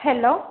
hello